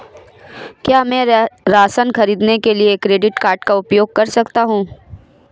क्या मैं राशन खरीदने के लिए क्रेडिट कार्ड का उपयोग कर सकता हूँ?